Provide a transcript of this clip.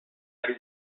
área